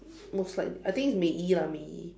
most likely I think it's Mei-Yi lah Mei-Yi